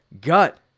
gut